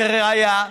לראיה,